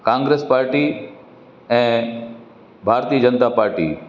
Congress party ऐं भारतीय जनता पाटी